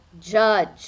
judge